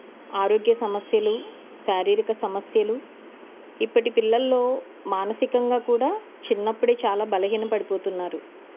ఆరోగ్య సమస్యలు శారీరక సమస్యలు ఇప్పటి పిల్లల్లో మానసికంగా కూడా చిన్నప్పుడే చాలా బలహీన పడిపోతున్నారు